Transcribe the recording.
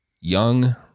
young